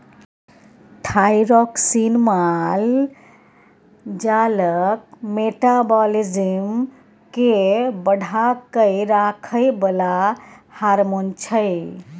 thyroxine माल जालक metabolism केँ बढ़ा कए राखय बला हार्मोन छै